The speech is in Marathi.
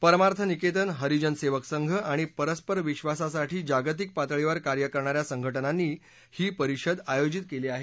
परमार्थ निकेतन हरिजन सेवक संघ आणि परस्पर विश्वासासाठी जागतिक पातळीवर कार्य करणा या संघटनांनी ही परिषद आयोजित केली आहे